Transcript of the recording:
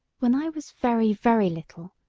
when i was very, very little,